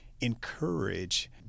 encourage